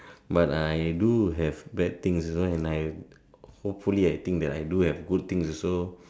but I do have bad things also and I hopefully I think that I do have good things also